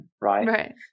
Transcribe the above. right